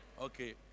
Okay